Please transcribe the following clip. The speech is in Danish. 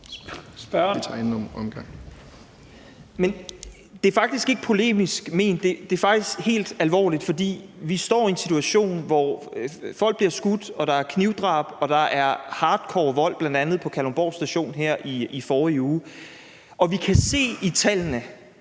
det er faktisk ikke polemisk ment. Det er faktisk helt alvorligt. For vi står i en situation, hvor folk bliver skudt, og der er knivdrab, og der er hardcore vold, bl.a. på Kalundborg Station her i forrige uge. Og selv om den